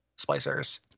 splicers